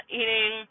eating